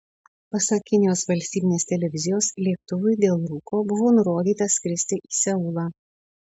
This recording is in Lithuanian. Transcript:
pasak kinijos valstybinės televizijos lėktuvui dėl rūko buvo nurodyta skristi į seulą